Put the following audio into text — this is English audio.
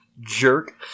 jerk